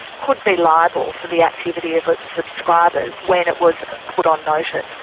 could be liable for the activity of its subscribers when it was put on notice. it